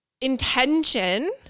intention